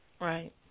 Right